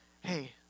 hey